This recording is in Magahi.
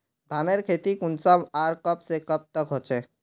धानेर खेती कुंसम आर कब से कब तक होचे?